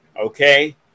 Okay